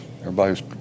everybody's